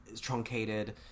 truncated